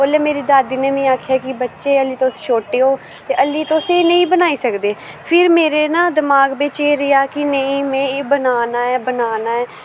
उसलै मेरी दादी ने मिगी आक्खेआ कि बच्चे हाल्ली तुस छोटे हो ते हाल्ली तुस नेईं बनाई सकदे फ्ही मेरे न दमाग बिच्च एह् रेहा कि नेईं में एह् बनाना ऐ बनाना ऐ